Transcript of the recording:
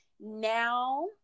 now